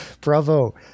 Bravo